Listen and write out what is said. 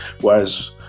Whereas